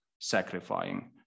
sacrificing